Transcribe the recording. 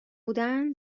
بودن